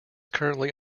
currently